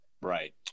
Right